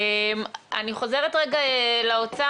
אני חוזרת לאוצר.